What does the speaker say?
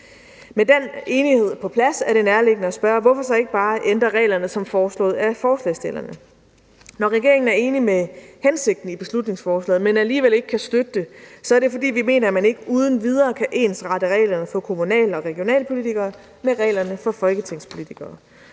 Med den enighed på plads er det nærliggende at spørge: Hvorfor så ikke bare ændre reglerne, som foreslået af forslagsstillerne? Når regeringen er enig med hensigten i beslutningsforslaget, men alligevel ikke kan støtte det, er det, fordi vi mener, at man ikke uden videre kan ensarte reglerne for kommunal- og regionalpolitikere med reglerne for folketingspolitikere.